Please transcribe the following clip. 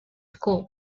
school